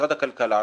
משרד הכלכלה,